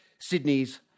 Sydney's